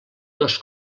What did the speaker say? dos